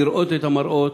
לראות את המראות,